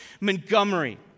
Montgomery